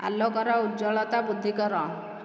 ଆଲୋକର ଉଜ୍ଜ୍ୱଳତା ବୃଦ୍ଧି କର